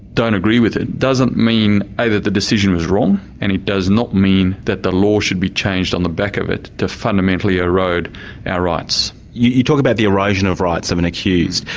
don't agree with it, doesn't mean a that the decision was wrong and it does not mean that the law should be changed on the back of it to fundamentally erode our rights. you talk about the erosion of rights of an accused.